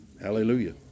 Hallelujah